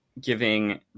giving